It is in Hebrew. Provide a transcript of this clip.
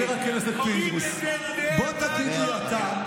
קוראים לזה דמגוגיה.